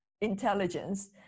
intelligence